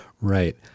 Right